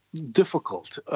difficult.